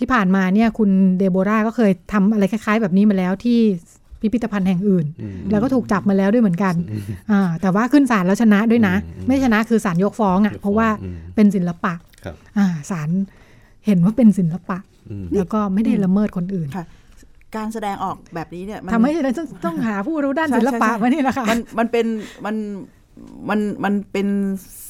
ที่ผ่านมาเนี่ยคุณเดโบราก็เคยทำอะไรคล้ายๆแบบนี้มาแล้วที่พิพิธภัณฑ์แห่งอื่นอืมแล้วก็ถูกจับมาแล้วด้วยเหมือนกัน อ่าแต่ว่าขึ้นศาลแล้วชนะด้วยนะอืม อืมไม่ชนะ คือศาลยกฟ้องนะยกฟ้องเพราะว่าอืมเป็นศิลปะครับอ่าศาลเห็นว่าเป็นศิลปะอืมแล้วก็ไม่ได้ละเมิดคนอื่นค่ะ การแสดงออกแบบนี้เนี่ยมัน-ทำไมเราต- ต- ต้องหาผู้รู้ด้านศิลปะใช่ ใช่ ใช่มานี่ล่ะค่ะ?มันเป็น- มัน- มันเป็น